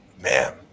Man